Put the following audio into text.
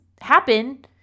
happen